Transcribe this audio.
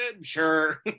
sure